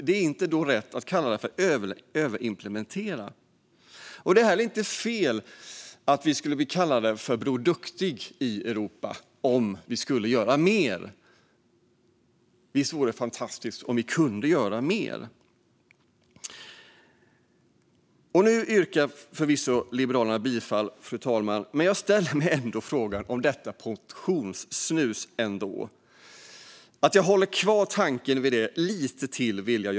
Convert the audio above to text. Det är inte rätt att kalla det för att överimplementera. Det är heller inte fel att vi skulle bli kallade Bror Duktig i Europa om vi skulle göra mer. Visst vore det fantastiskt om vi kunde göra mer. Fru talman! Nu yrkar Liberalerna förvisso bifall till förslaget. Men jag ställer mig ändå frågan om detta portionssnus. Jag vill lite till hålla kvar tanken vid det.